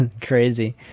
crazy